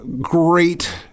great